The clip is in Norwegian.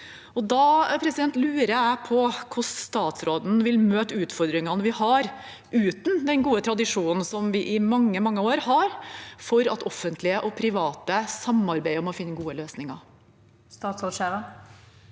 Da lurer jeg på hvordan statsråden vil møte utfordringene vi har, uten den gode tradisjonen som vi i mange, mange år har hatt for at offentlige og private samarbeider om å finne gode løsninger.